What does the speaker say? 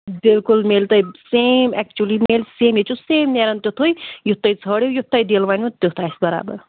بلکُل میلہِ تۄہہِ سیم ایکچُؤلی میلہِ سیم ییٚتہِ چھُ سیم نیران تِتُھٕے یُتھ تۄہہِ ژھٲنٛڈِو یُتھ تۄہہِ دِل ونوٕ تٮُ۪تھ آسہِ بَرابر